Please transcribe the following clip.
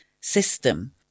system